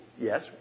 Yes